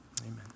Amen